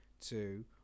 two